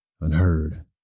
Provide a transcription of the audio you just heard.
unheard